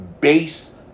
base